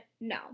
No